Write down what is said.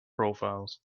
profiles